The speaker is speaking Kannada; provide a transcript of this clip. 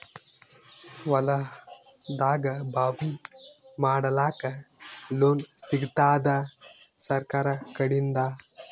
ಹೊಲದಾಗಬಾವಿ ಮಾಡಲಾಕ ಲೋನ್ ಸಿಗತ್ತಾದ ಸರ್ಕಾರಕಡಿಂದ?